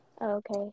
Okay